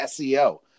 SEO